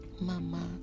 Mama